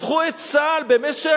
הפכו את צה"ל במשך,